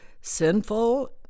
sinful